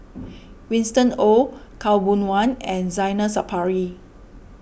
Winston Oh Khaw Boon Wan and Zainal Sapari